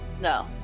No